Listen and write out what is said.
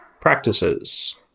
practices